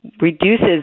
reduces